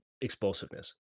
explosiveness